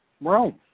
Rome